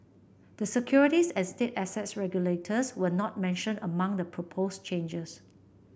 the securities and state assets regulators were not mentioned among the proposed changes